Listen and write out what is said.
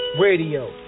radio